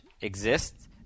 exists